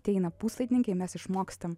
ateina puslaidininkiai mes išmokstam